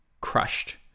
crushed